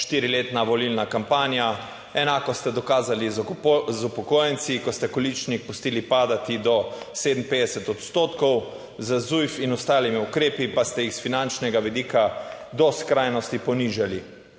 štiriletna volilna kampanja. Enako ste dokazali z upokojenci, ko ste količnik pustili padati do 57 odstotkov, z ZUJF in ostalimi ukrepi pa ste jih s finančnega vidika do skrajnosti ponižali.